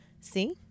See